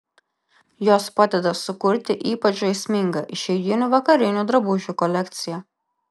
jos padeda sukurti ypač žaismingą išeiginių vakarinių drabužių kolekciją